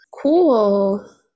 Cool